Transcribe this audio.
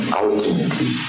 ultimately